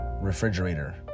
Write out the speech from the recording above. refrigerator